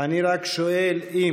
אני רק שואל אם